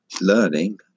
learning